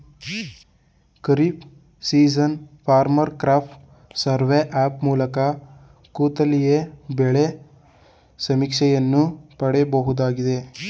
kharif season farmer crop survey app ಮೂಲಕ ಕೂತಲ್ಲಿಯೇ ಬೆಳೆ ಸಮೀಕ್ಷೆಯನ್ನು ಪಡಿಬೋದಾಗಯ್ತೆ